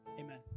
amen